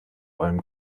olm